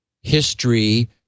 history